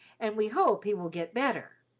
and we hope he will get better.